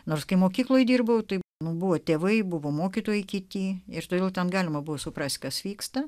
nors kai mokykloje dirbau taip buvo tėvai buvo mokytojai kiti ir todėl ten galima buvo suprasti kas vyksta